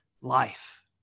life